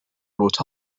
wrote